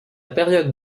période